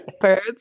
Birds